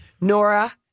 Nora